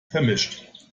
vermischt